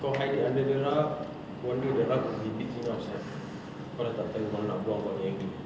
kau hide it under the rug wonder the rug will be big enough sia kau dah tak tahu mana nak buang kau punya angry